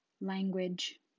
language